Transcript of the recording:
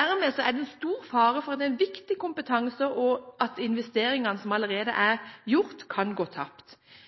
Dermed er det en stor fare for at viktig kompetanse og investeringer som allerede